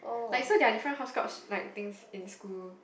like so there're different hopscotch like things in school